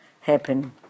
happen